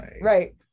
right